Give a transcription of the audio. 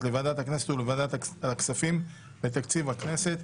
לוועדת הכנסת ולוועדת הכספים לתקציב הכנסת.